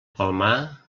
palmar